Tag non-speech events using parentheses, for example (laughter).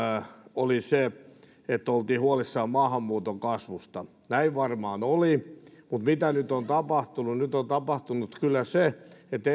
oli se että oltiin huolissaan maahanmuuton kasvusta näin varmaan oli mutta mitä nyt on tapahtunut nyt on tapahtunut kyllä se että (unintelligible)